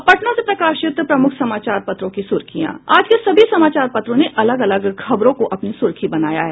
अब पटना से प्रकाशित प्रमुख समाचार पत्रों की सुर्खियां आज के सभी समाचार पत्रों ने अलग अलग खबर को अपनी सुर्खी बनाया है